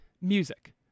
Music